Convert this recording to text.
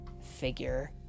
figure